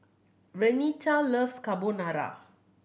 Renita loves Carbonara